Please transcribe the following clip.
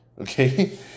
okay